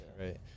right